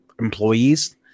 employees